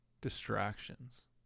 distractions